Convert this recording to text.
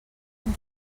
amb